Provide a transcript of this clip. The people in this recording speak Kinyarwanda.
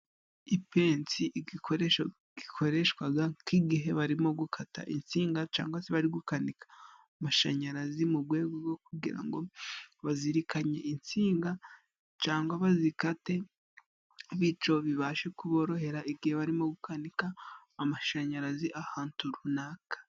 Ipensi igikoresho gikoreshwa nk'igihe barimo gukata insinga, cyangwa se bari gukanika amashanyarazi, mu rwego rwo kugira ngo bazirikanye insinga cyangwa bazikate bityo bibashe kuborohera igihe barimo gukanika amashanyarazi ahantu runaka.